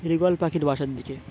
eagle পাখির বাসার দিকে